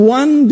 one